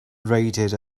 rated